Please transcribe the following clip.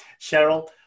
Cheryl